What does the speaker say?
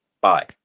bye